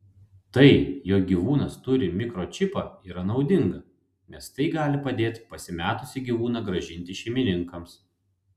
tai jog gyvūnas turi mikročipą yra naudinga nes tai gali padėt pasimetusį gyvūną grąžinti šeimininkams